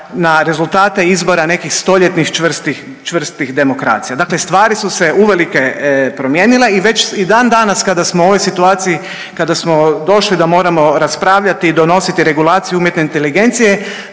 na rezultate izbora nekih stoljetnih čvrstih demokracija. Dakle, stvari su se uvelike promijenile i već i dan danas kada smo u ovoj situaciji, kada smo došli da moramo raspravljati i donositi regulaciju umjetne inteligencije